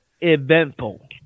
Eventful